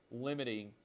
limiting